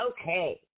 okay